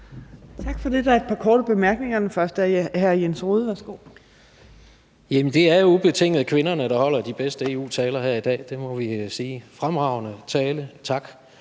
Tak for det. Der er et par korte bemærkninger. Først er det hr. Jens Rohde. Værsgo. Kl. 14:33 Jens Rohde (RV): Det er ubetinget kvinderne, der holder de bedste EU-taler her i dag. Det må vi sige. Det var en fremragende tale. Tak.